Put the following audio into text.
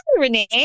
Renee